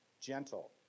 Gentle